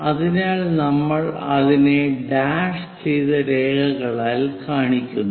അതിനാൽ നമ്മൾ അതിനെ ഡാഷ് ചെയ്ത രേഖകളാൽ കാണിക്കുന്നു